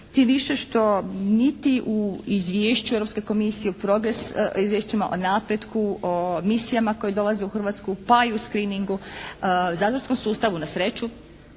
tim više što niti u izvješću Europske komisije u progres, izvješćima o napretku, o misijama koje dolaze u Hrvatsku pa i u screeningu, zatvorskom sustavu na sreću